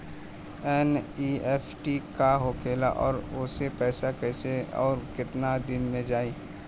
NEFT का होखेला और ओसे पैसा कैसे आउर केतना दिन मे जायी?